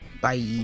Bye